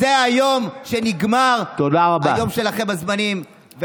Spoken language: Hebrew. זה היום שנגמר, היום שלכם, הזמנים, תודה רבה.